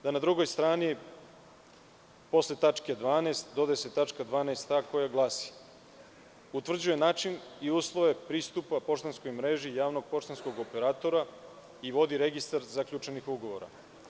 Na drugoj strani, posle tačke 12. dodaje se tačka 12a koja glasi: utvrđuje način i uslove pristupa poštanskoj mreži javnog poštanskog operatora i vodi registar zaključenih ugovora.